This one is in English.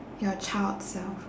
your child self